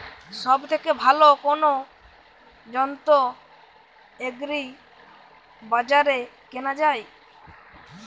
সব থেকে ভালো কোনো যন্ত্র এগ্রি বাজারে কেনা যায়?